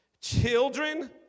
Children